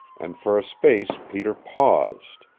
and for a space peter paused,